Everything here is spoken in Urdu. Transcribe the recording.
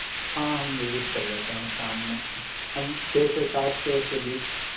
ہاں ہم وزٹ کر لیتے ہیں شام میں ہم چھ سے سات سے کے بیچ